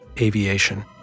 aviation